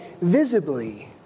visibly